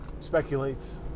speculates